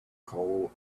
coal